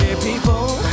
people